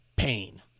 Pain